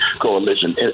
Coalition